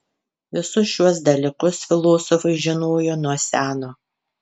visus šiuos dalykus filosofai žinojo nuo seno